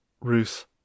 Ruth